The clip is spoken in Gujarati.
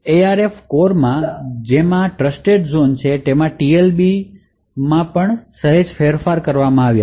ARM કોરમાં જેમાં ટ્રસ્ટઝોન છે તેમાં TLB મા સહેજ ફેરફાર કરવામાં આવ્યું છે